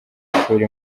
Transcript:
ishuri